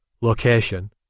location